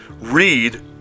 read